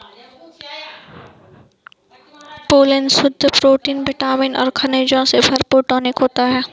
pollen शुद्ध protein vitamin और खनिजों से भरपूर टॉनिक होता है